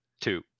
Two